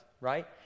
right